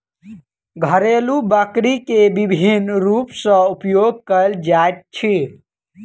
घरेलु बकरी के विभिन्न रूप सॅ उपयोग कयल जाइत अछि